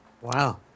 Wow